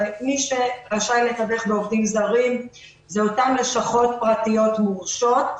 מי שרשאי לתווך בעובדים זרים זה אותן לשכות פרטיות מורשות,